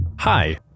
Hi